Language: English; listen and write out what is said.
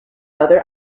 other